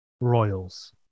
royals